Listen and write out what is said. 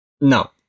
No